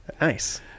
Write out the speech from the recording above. Nice